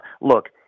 look